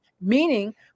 meaning